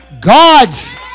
God's